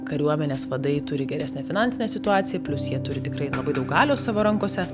kariuomenės vadai turi geresnę finansinę situaciją plius jie turi tikrai labai daug galios savo rankose